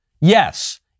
Yes